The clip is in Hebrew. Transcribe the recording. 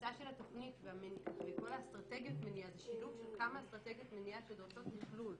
כניסה של התוכנית ושילוב של כמה אסטרטגיות מניעה שדורשות תכלול,